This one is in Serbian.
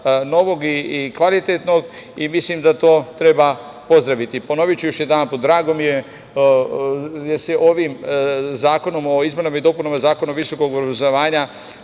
novog i kvalitetnog i mislim da to treba pozdraviti. Ponoviću još jedanput, drago mi je, jer se ovim zakonom o izmenama i dopunama Zakona o visokom obrazovanju